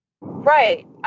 Right